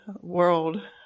World